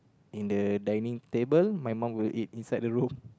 in the dining table my mum will eat inside the room